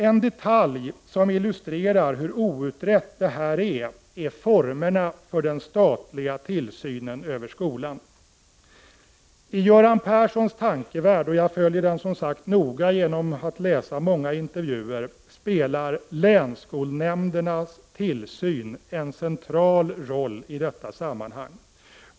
En detalj som illustrerar hur outrett detta är, är formerna för den statliga tillsynen över skolan. I Göran Perssons tankevärld, och jag följer den som sagt noga genom att läsa många intervjuer, spelar länsskolnämndernas tillsyn en central roll i detta sammanhang.